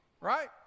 Right